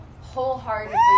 wholeheartedly